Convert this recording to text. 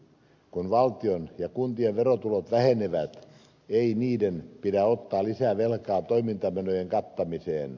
kun valtion ja kuntien verotulot vähenevät ei niiden pidä ottaa lisää velkaa toimintamenojen kattamiseen